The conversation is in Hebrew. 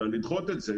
אלא לדחות את זה,